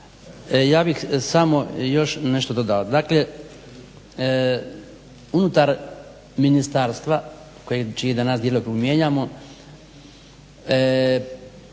Ja bih samo još nešto dodao. Dakle unutar ministarstva čiji danas djelokrug mijenjamo,